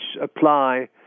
apply